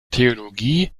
theologie